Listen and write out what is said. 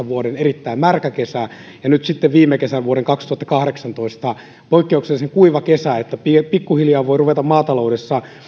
vuoden kaksituhattaseitsemäntoista erittäin märkä kesä ja nyt sitten viime kesä vuoden kaksituhattakahdeksantoista poikkeuksellisen kuiva kesä niin että pikkuhiljaa voi ruveta maataloudessa